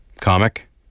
comic